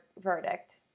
verdict